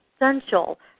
essential